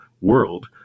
world